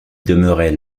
demeurait